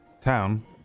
town